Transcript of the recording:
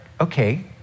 okay